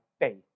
faith